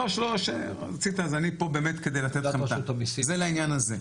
זה לעניין הזה.